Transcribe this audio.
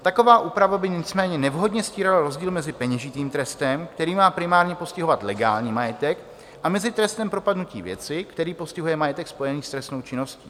Taková úprava by nicméně nevhodně stírala rozdíl mezi peněžitým trestem, který má primárně postihovat legální majetek, a mezi trestem propadnutí věci, který postihuje majetek spojený s trestnou činností.